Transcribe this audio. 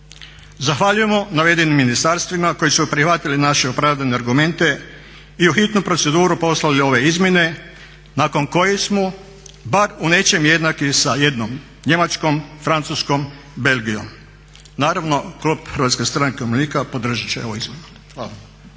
Zahvaljujemo navedenim ministarstvima koji su prihvatili naše opravdane argumente i u hitnu proceduru poslali ove izmjene nakon kojih smo bar u nečem jednaki da jednom Njemačkom, Francuskom, Belgijom. Naravno, klub HSU-a podržat će ovu izmjenu. Hvala.